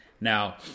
Now